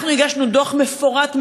אנחנו הגשנו דוח מפורט מאוד,